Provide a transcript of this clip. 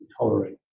tolerate